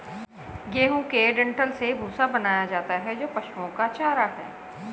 गेहूं के डंठल से भूसा बनाया जाता है जो पशुओं का चारा है